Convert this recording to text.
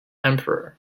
emperor